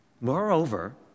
Moreover